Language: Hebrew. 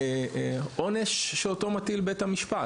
עונש שמטיל בית המשפט.